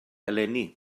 eleni